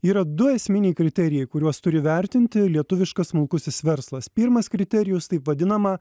yra du esminiai kriterijai kuriuos turi vertinti lietuviškas smulkusis verslas pirmas kriterijus taip vadinama